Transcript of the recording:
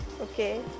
okay